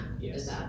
yes